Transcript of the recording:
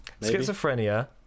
Schizophrenia